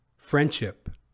friendship